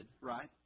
right